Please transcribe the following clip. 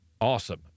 awesome